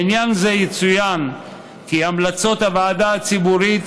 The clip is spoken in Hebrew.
בעניין זה יצוין כי המלצות הוועדה הציבורית